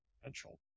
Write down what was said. potential